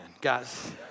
guys